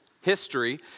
history